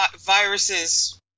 Viruses